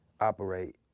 operate